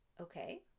Okay